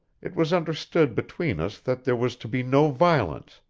it was understood between us that there was to be no violence,